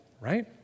right